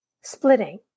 splitting